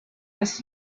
was